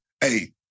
hey